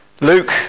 Luke